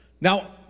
Now